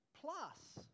plus